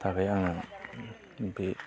थाखाय आङो बे